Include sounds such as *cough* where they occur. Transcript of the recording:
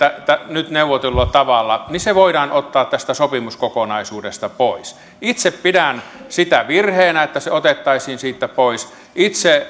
nyt neuvotellulla tavalla niin se voidaan ottaa tästä sopimuskokonaisuudesta pois itse pidän sitä virheenä että se otettaisiin siitä pois itse *unintelligible*